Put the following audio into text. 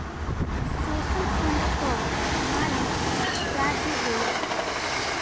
social fund कअ मालिक राज्य होला